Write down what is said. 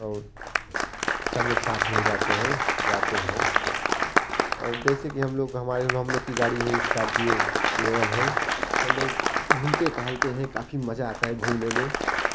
और सब लोग साथ में ही रहते हैं जाते हैं और जैसे कि हम लोग हमारे हम लोग की गाड़ी है इस्कारपियो एलेवन है और लोग घूमते टहलते हैं काफ़ी मज़ा आता है घूमने में